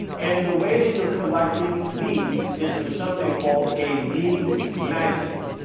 and the way that you're collecting leads is through something called a lead magnet.